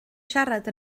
siarad